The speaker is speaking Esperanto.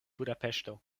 budapeŝto